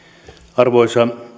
arvoisa